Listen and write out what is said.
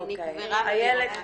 היא נקברה בביורוקרטיה.